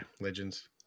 legends